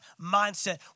mindset